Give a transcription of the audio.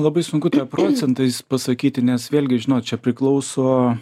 labai sunku tą procentais pasakyti nes vėlgi žinot čia priklauso